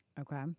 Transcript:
Okay